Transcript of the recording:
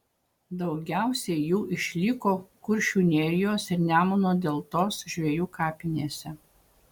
daugiausiai jų išliko kuršių nerijos ir nemuno deltos žvejų kapinėse